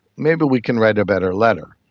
maybe we can write a better letter.